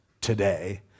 today